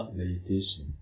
meditation